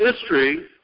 history